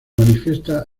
manifiesta